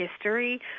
history